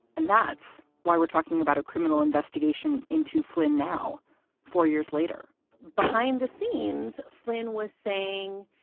and that's why we're talking about a criminal investigation into flynn now four years later behind the scenes, slinn was saying,